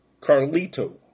Carlito